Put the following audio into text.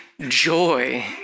Joy